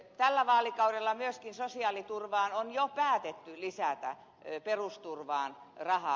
tällä vaalikaudella myöskin sosiaaliturvaan on jo päätetty lisätä perusturvaan rahaa